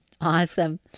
Awesome